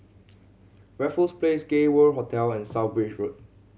Raffles Place Gay World Hotel and South Bridge Road